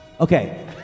Okay